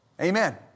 Amen